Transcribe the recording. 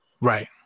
Right